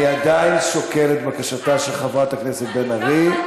אני עדיין שוקל את בקשתה של חברת הכנסת בן ארי.